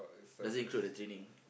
does it include the training